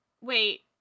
wait